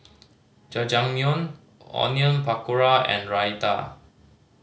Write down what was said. Jajangmyeon Onion Pakora and Raita